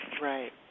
Right